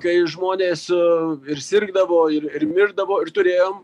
kai žmonės ir sirgdavo ir ir mirdavo ir turėjom